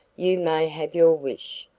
you may have your wish,